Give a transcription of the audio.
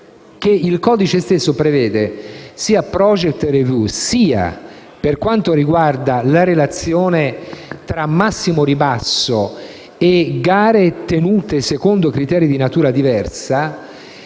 che il codice stesso prevede sia un *project review* sia, per quanto riguarda la relazione tra massimo ribasso e gare tenute secondo criteri di natura diversa,